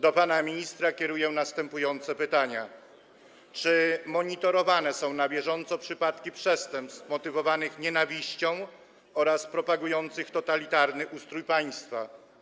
Do pana ministra kieruję następujące pytania: Czy na bieżąco monitorowane są przypadki przestępstw motywowanych nienawiścią oraz propagujących totalitarny ustrój państwa?